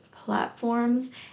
platforms